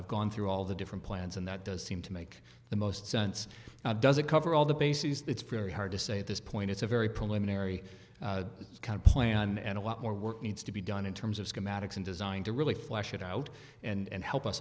i've gone through all the different plans and that does seem to make the most sense now doesn't cover all the bases it's very hard to say at this point it's a very preliminary it's kind of plan and a lot more work needs to be done in terms of schematics and design to really flesh it out and help us